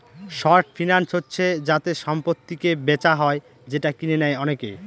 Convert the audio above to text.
short finance হচ্ছে যাতে সম্পত্তিকে বেচা হয় যেটা কিনে নেয় অনেকে